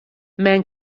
men